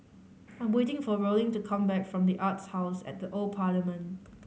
I am waiting for Rollin to come back from The Arts House at the Old Parliament